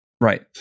Right